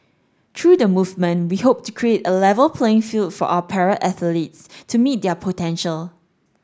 through the movement we hope to create a level playing field for our para athletes to meet their potential